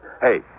Hey